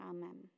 Amen